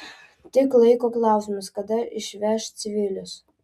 tik laiko klausimas kada išveš civilius